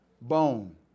bone